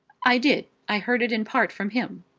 i did. i heard it in part from him.